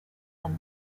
and